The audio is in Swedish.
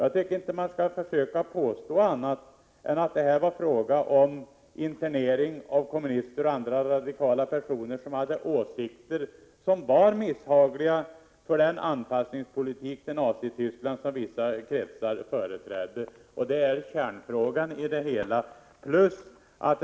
Jag tycker inte att man skall försöka påstå annat än att det här var fråga om internering av kommunister och andra radikala personer, som hade åsikter som var misshagliga för vissa kretsar, vilka förespråkade en anpassningspolitik till Nazityskland. Det är kärnfrågan.